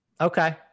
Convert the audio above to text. Okay